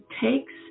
takes